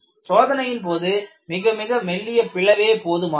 சோதனையின்போது மிக மிக மெல்லிய பிளவே போதுமானது